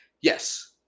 yes